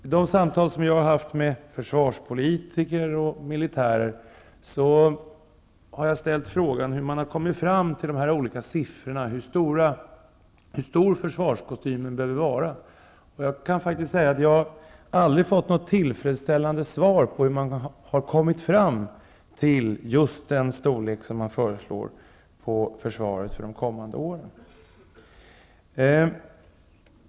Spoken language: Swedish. Vid de samtal som jag har haft med försvarspolitiker och militärer har jag ställt frågan hur man har kommit fram till de olika siffrorna, hur stor försvarskostymen behöver vara. Jag kan faktiskt säga att jag aldrig har fått något tillfredsställande svar på hur man har kommit fram till just den storlek som man föreslår på försvaret för de kommande åren.